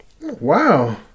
Wow